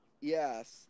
Yes